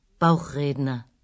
bauchredner